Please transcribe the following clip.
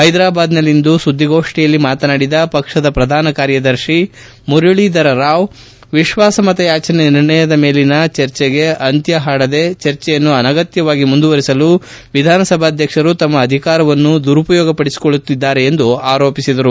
ಹೈದರಾಬ್ನಲ್ಲಿ ಇಂದು ಸುದ್ದಿಗೋಷ್ಸಿಯಲ್ಲಿ ಮಾತನಾಡಿದ ಪಕ್ಷದ ಪ್ರಧಾನ ಕಾರ್ಯದರ್ತಿ ಮುರಳಿಧರ ರಾವ್ ವಿಶ್ಲಾಸಮತ ಯಾಚನೆ ನಿರ್ಣಯದ ಮೇಲನ ಚರ್ಚೆಗೆ ಅಂತ್ಯ ಹಾಡದೆ ಚರ್ಚೆಯನ್ನು ಅನಗತ್ಯವಾಗಿ ಮುಂದುವರೆಸಲು ವಿಧಾನಸಭಾಧ್ಯಕ್ಷ ತಮ್ಮ ಅಧಿಕಾರವನ್ನು ದುರುಪಯೋಗಪಡಿಸಿಕೊಳ್ಳುತ್ತಿದ್ದಾರೆಂದು ಆರೋಪಿಸಿದರು